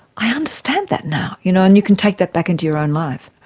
i understand that now, you know and you can take that back into your own life.